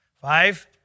Five